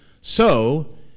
so